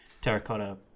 terracotta